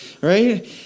right